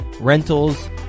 rentals